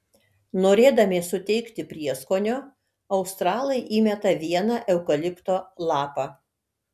norėdami suteikti prieskonio australai įmeta vieną eukalipto lapą